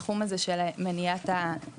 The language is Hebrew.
בתחום הזה של מניעת ההסתה,